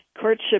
courtship